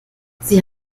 sie